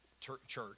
church